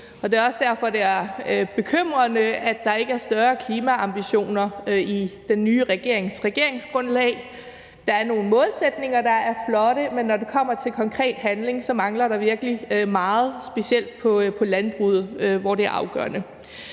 Det er også derfor, at det er bekymrende, at der ikke er større klimaambitioner i den nye regerings regeringsgrundlag. Der er nogle målsætninger, der er flotte, men når det kommer til konkret handling, mangler der virkelig meget, specielt på landbruget, hvor det er afgørende.